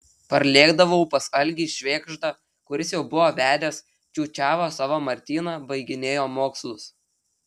parlėkdavau pas algį švėgždą kuris jau buvo vedęs čiūčiavo savo martyną baiginėjo mokslus